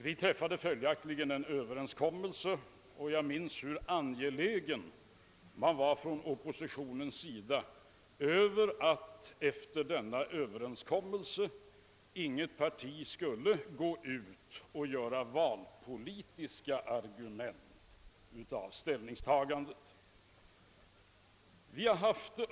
Följaktligen träffades en överenskommelse, och jag minns hur angelägen oppositionen var att inget parti efter denna överenskommelse skulle gå ut med valpolitiska argument på grundval av ställningstagandet.